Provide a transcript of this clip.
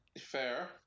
Fair